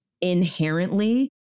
inherently